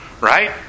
right